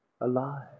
alive